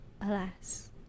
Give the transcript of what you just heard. alas